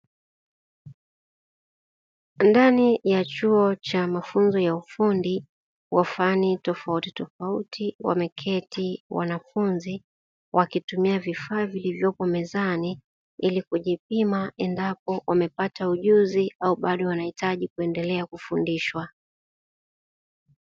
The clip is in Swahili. Ndani ya chuo cha mafunzo ya ufundi wa fani tofautitofauti, wameketi wanafunzi wakitumia vifaa vilivyopo mezani, ili kujipima endapo wamepata ujuzi au bado wanahitaji kuendelea kufundishwa.